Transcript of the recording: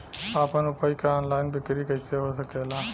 आपन उपज क ऑनलाइन बिक्री कइसे हो सकेला?